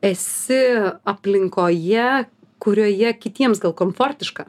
esi aplinkoje kurioje kitiems gal komfortiška